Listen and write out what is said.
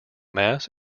mass